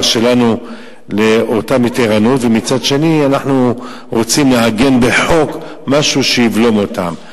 שלנו לאותה מתירנות ומצד אחר אנחנו רוצים לעגן בחוק משהו שיבלום אותם.